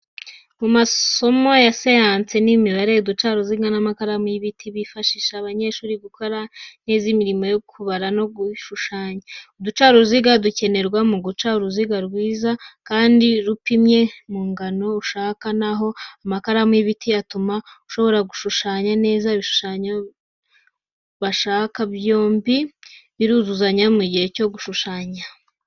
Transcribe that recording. Mu masomo ya siyansi n’imibare, uducaruziga n’amakaramu y’ibiti bifasha abanyeshuri gukora neza imirimo yo kubara no gushushanya. Uducaruziga dukenerwa mu guca uruziga rwiza, kandi rupimye mu ngano ushaka, na ho amakaramu y’ibiti atuma bashobora gushushanya neza ibishushanyo bashaka. Byombi biruzuzanya mu gihe cyo gushushanya.